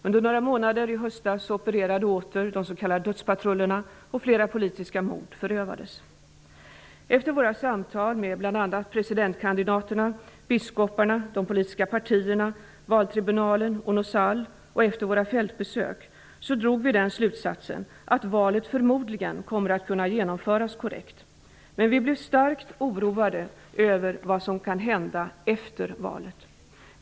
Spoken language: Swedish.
Under några månader i höstas opererade åter de s.k. dödspatrullerna, och flera politiska mord förövades. Efter våra samtal med bl.a. presidentkandidaterna, biskoparna, de politiska partierna, valtribunalen och ONUSAL samt efter våra fältbesök drog vi den slutsatsen att valet förmodligen kommer att kunna genomföras korrekt. Men vi blev starkt oroade över vad som kan hända efter valet.